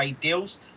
deals